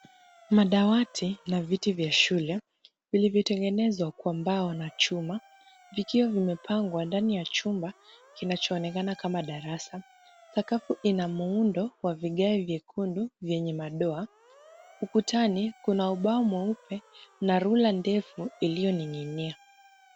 Madawati na viti vya shule, vilivyotengenezwa kwa mbao na chuma, vikiwa vimepangwa ndani ya chumba kinachoonekana kama darasa. Sakafu ina muundo wa vigae vyekundu vyenye madoa. Ukutani, kuna ubao mweupe na rula ndefu iliyoning'inia.